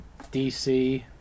DC